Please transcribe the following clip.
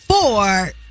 four